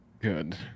Good